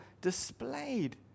displayed